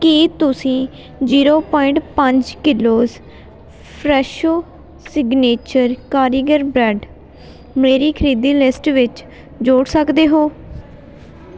ਕੀ ਤੁਸੀਂ zero point ਪੰਜ kilos Fresho signature ਕਾਰੀਗਰ ਬ੍ਰੈਡ ਮੇਰੀ ਖਰੀਦੀ ਲਿਸਟ ਵਿੱਚ ਜੋੜ ਸਕਦੇ ਹੋ